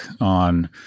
on